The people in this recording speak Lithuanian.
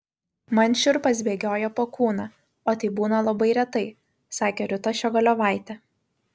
man šiurpas bėgioja po kūną o tai būna labai retai sakė rūta ščiogolevaitė